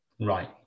Right